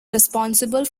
responsible